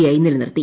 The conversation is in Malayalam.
ഐ നിലനിർത്തി